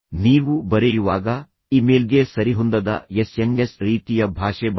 ನೀವು ಬರೆಯುವಾಗ ಇಮೇಲ್ಗೆ ಸರಿಹೊಂದದ ಎಸ್ಎಂಎಸ್ ರೀತಿಯ ಭಾಷೆ ಬಳಸಿದೆ